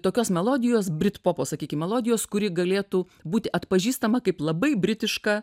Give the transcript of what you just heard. tokios melodijos britpopo sakykim melodijos kuri galėtų būti atpažįstama kaip labai britiška